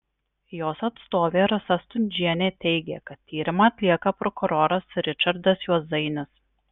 jos atstovė rasa stundžienė teigė kad tyrimą atlieka prokuroras ričardas juozainis